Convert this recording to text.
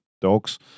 dogs